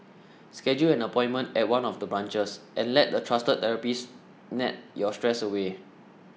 schedule an appointment at one of the branches and let the trusted therapists knead your stress away